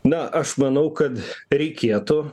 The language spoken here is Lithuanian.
na aš manau kad reikėtų